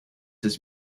his